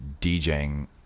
DJing